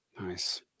Nice